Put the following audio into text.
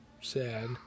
sad